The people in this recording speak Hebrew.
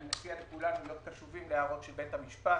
ואני מציע לכולנו להיות קשובים להערות של בית המשפט,